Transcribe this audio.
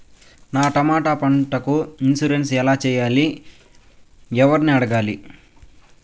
నా టమోటా పంటకు ఇన్సూరెన్సు ఎలా చెయ్యాలి? ఎవర్ని అడగాలి?